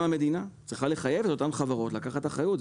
גם המדינה צריכה לחייב את אותן חברות לקחת אחריות.